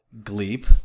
Gleep